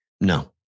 No